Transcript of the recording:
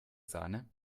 sahne